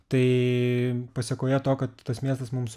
tai pasekoje to kad tas miestas mums